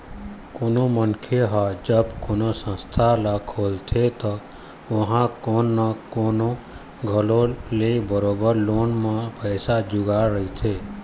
कोनो मनखे ह जब कोनो संस्था ल खोलथे त ओहा कोनो न कोनो जघा ले बरोबर लोन म पइसा जुगाड़े रहिथे